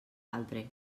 altre